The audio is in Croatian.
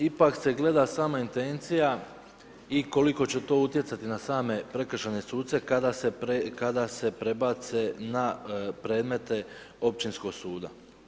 Ipak se gleda sama intencija i koliko će to utjecati na same prekršajne suce kada se prebace na predmete općinskog suda.